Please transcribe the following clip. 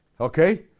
Okay